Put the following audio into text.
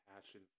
passion